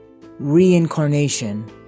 reincarnation